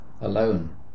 alone